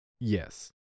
Yes